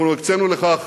הקצינו לכך